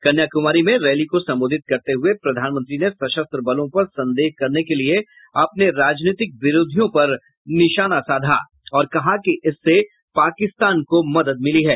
कन्याकुमारी में रैली को संबोधित करते हुये प्रधानमंत्री ने सशस्त्र बलों पर संदेह करने के लिये अपने राजनीतिक विरोधियों पर निशाना साधा और कहा कि इससे पाकिस्तान को मदद मिली है